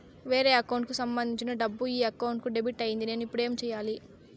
వేరే అకౌంట్ కు సంబంధించిన డబ్బు ఈ అకౌంట్ కు డెబిట్ అయింది నేను ఇప్పుడు ఏమి సేయాలి